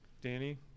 Danny